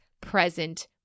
present